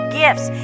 gifts